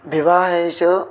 विवाहेषु